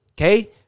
okay